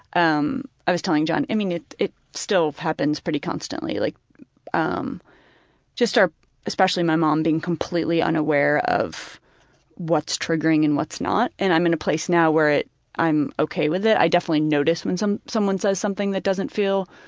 um i was telling john i mean it it still happens pretty constantly, like um just our especially my mom being completely unaware of what's triggering and what's not. and i'm in a place now where it i'm ok with it. i definitely notice when someone says something that doesn't feel